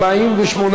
נתקבלה.